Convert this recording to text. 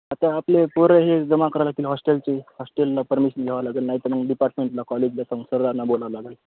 आता आपले पोरं हे जमा करावं लागतील हॉस्टेलची हॉस्टेलला परमिशन घ्यावं लागेल नाहीतर मग डिपार्टमेंटला कॉलेजला सं सराना बोलावं लागेल